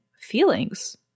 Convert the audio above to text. feelings